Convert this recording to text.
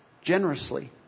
generously